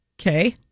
Okay